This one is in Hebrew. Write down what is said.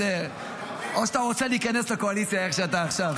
או שאתה רוצה להיכנס לקואליציה איך שאתה עכשיו.